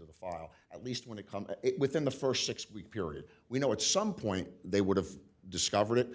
in the file at least when it comes within the st six week period we know at some point they would have discovered it